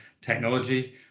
technology